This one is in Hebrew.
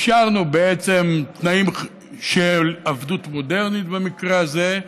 אפשרנו, בעצם, תנאים של עבדות מודרנית במקרה הזה.